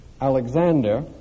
Alexander